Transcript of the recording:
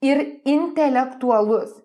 ir intelektualus